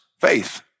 faith